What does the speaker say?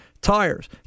tires